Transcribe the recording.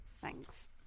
Thanks